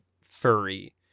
furry